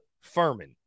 Furman